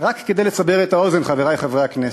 רק כדי לסבר את האוזן, חברי חברי הכנסת,